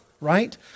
right